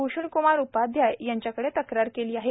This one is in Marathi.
भूषणक्मार उपाध्याय यांच्याकडे तक्रार केली आहे